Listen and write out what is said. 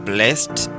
Blessed